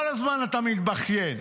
כל הזמן אתה מתבכיין: